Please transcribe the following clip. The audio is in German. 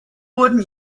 wurden